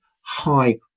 high